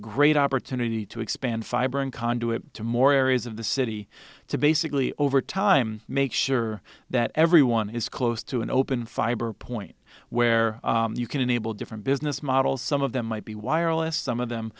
great opportunity to expand fiber and conduit to more areas of the city to basically over time make sure that everyone is close to an open fiber point where you can enable different business models some of them might be wireless some of them